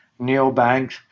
neobanks